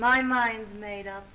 nine lines made up